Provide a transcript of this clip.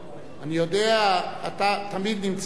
אני יודע, אתה תמיד נמצא.